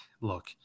look